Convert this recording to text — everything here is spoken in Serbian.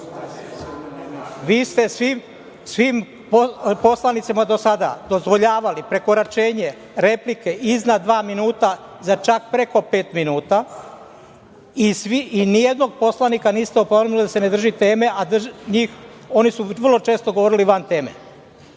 Vi ste svim poslanicima do sada dozvoljavali prekoračenje, replike iznad dva minuta, za čak pet minuta i nijednog poslanika niste opomenuli da se ne drži teme, a oni su vrlo često govorili van teme,